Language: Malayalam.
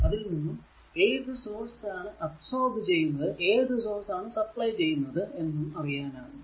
അതിൽ നിന്നും ഏതു സോഴ്സ് ആണ് അബ്സോർബ് ചെയ്യുന്നത് ഏതു സോഴ്സ് ആണ് സപ്ലൈ ചെയ്യുന്നത് എന്നും അറിയാനാകും